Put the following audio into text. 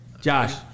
Josh